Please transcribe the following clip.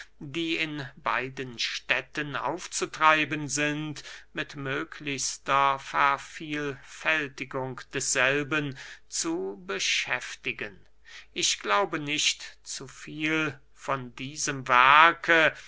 die in beiden städten aufzutreiben sind mit möglichster vervielfältigung desselben zu beschäftigen ich glaube nicht zu viel von diesem werke